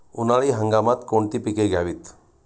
उन्हाळी हंगामात कोणती पिके घ्यावीत?